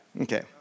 Okay